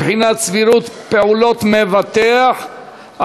בחינת סבירות פעולות מבטח,